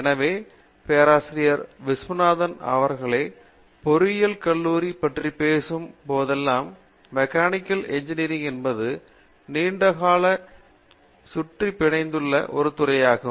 எனவே பேராசிரியர் விஸ்வநாதன் அவர்களே பொறியியல் கல்லூரிகள் பற்றி பேசும் போதெல்லாம் மெக்கானிக்கல் இன்ஜினியரிங் என்பது நீண்ட காலமாக சுற்றி பிணைந்துள்ள ஒரு துறையாகும்